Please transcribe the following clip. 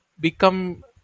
become